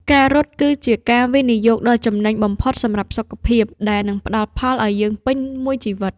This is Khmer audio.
ការរត់គឺជាការវិនិយោគដ៏ចំណេញបំផុតសម្រាប់សុខភាព ដែលនឹងផ្ដល់ផលឱ្យយើងពេញមួយជីវិត។